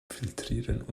filtrieren